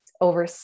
over